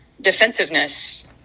defensiveness